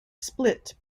split